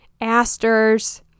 asters